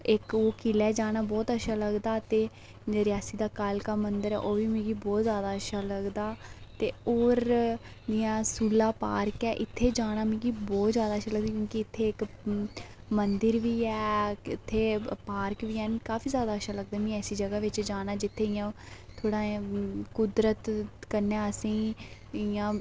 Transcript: इक ओह् किलै जाना बहुत अच्छा लगदा ते रियासी दा कालका मंदर ऐ ओह्बी मिकी बहुत ज्यादा अच्छा लगदा ते और जि'यां सुल्ला पार्क ऐ इत्थै जाना मिकी बोह्त ज्यादा अच्छा लगदा क्यूंकि इत्थे इक मंदिर वि ऐ इत्थे पार्क बी हैन काफी ज्यादा अच्छा लगदा मि ऐसी जगह बिच जाना जित्थै इयां थोह्ड़ा इयां कुदरत कन्नै असेंई इयां